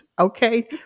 Okay